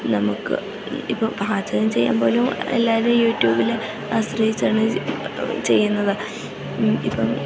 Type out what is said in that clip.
നമുക്ക് ഇപ്പം പാചകം ചെയ്യാൻ പോലും എല്ലാവരും യൂറ്റ്യൂബിൽ ആശ്രയിച്ചാണ് ചെയ്യുന്നത് ഇപ്പം